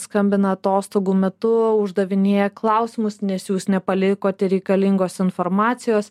skambina atostogų metu uždavinėja klausimus nes jūs nepalikote reikalingos informacijos